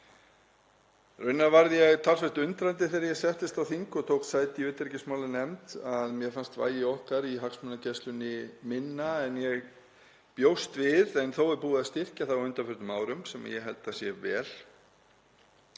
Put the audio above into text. Raunar varð ég talsvert undrandi þegar ég settist á þing og tók sæti í utanríkismálanefnd, mér fannst vægi okkar í hagsmunagæslunni minna en ég bjóst við en þó er búið að styrkja hana á undanförnum árum sem ég held að sé vel.